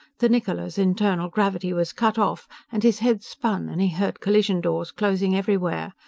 the niccola's internal gravity was cut off, and his head spun, and he heard collision-doors closing everywhere,